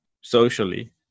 socially